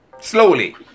slowly